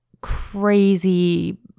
crazy